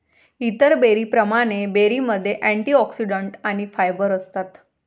इतर बेरींप्रमाणे, बेरीमध्ये अँटिऑक्सिडंट्स आणि फायबर असतात